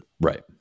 Right